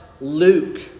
Luke